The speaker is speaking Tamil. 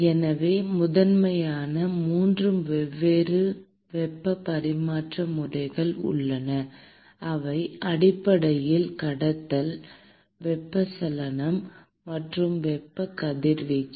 எனவே முதன்மையாக 3 வெவ்வேறு வெப்ப பரிமாற்ற முறைகள் உள்ளன அவை அடிப்படையில் கடத்தல் வெப்பச்சலனம் மற்றும் வெப்ப கதிர்வீச்சு